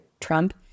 Trump